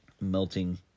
melting